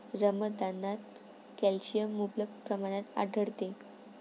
रमदानात कॅल्शियम मुबलक प्रमाणात आढळते